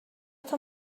تون